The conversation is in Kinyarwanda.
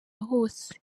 hose